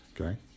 okay